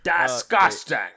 Disgusting